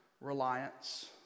reliance